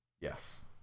Yes